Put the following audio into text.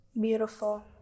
Beautiful